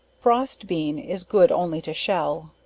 frost bean, is good only to shell.